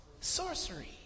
sorcery